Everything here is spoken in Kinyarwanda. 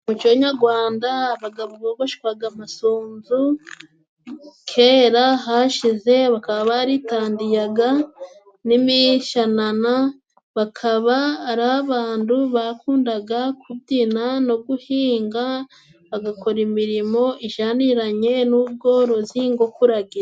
Mu muco nyagwanda abagabo bogoshwaga amasunzu. Kera hashize bakaba baritandiyaga n'imishanana, bakaba ari abandu bakundaga kubyina no guhinga, bagakora imirimo ijaniranye n'ubworozi ngo kuragira.